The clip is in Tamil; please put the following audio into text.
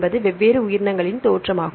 என்பது வெவ்வேறு உயிரினங்களின் தோற்றம்